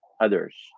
others